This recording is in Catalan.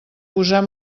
posar